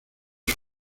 sus